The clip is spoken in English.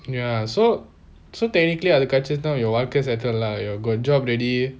ya so so technically அது கிடைச்சதுனா உன் வாழ்க்கை:athu kidaichathuna un vazhkai settled got job already